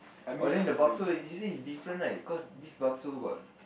but then the bakso you say is different right cause this bakso got